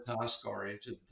task-oriented